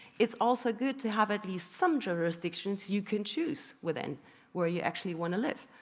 it's also good to have at least some jurisdictions you can choose within where you actually want to live.